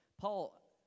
Paul